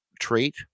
trait